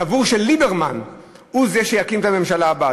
סבור שליברמן הוא זה שיקים את הממשלה הבאה.